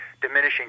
diminishing